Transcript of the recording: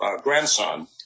grandson